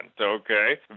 okay